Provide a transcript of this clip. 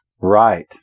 Right